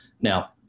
Now